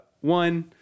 one